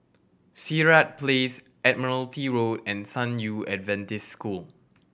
Sirat Place Admiralty Road and San Yu Adventist School